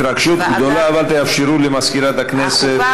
התרגשות גדולה, אבל תאפשרו למזכירת הכנסת.